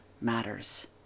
matters